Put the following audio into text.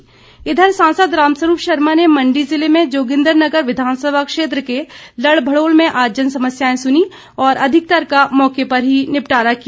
राम स्वरूप सांसद राम स्वरूप शर्मा ने मण्डी जिले में जोगिन्द्रनगर विधानसभा क्षेत्र के लड़भड़ोल में आज जन समस्याएं सुनीं और अधिकतर का मौके पर ही निपटारा किया